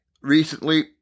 Recently